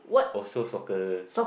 also soccer